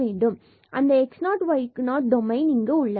அந்த x0y0 domain உள்ளது